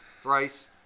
Thrice